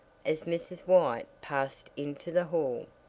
as mrs. white passed into the hall,